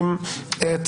לימור,